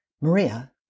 Maria